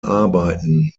arbeiten